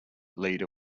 leader